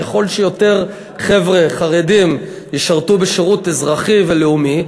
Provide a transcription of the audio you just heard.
ככל שיותר חבר'ה חרדים ישרתו בשירות אזרחי ולאומי,